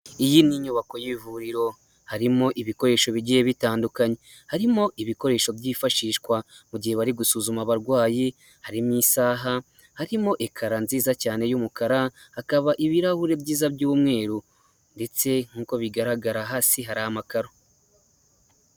Iyi ni inyubako y'ivuriro harimo ibikoresho bigiye bitandukanye, harimo ibikoresho byifashishwa mu gihe bari gusuzuma abarwayi, hari mu isaha harimo ekara nziza cyane y'umukara, hakaba ibirahuri byiza by'umweru ndetse nk'uko bigaragara hasi hari amakaro.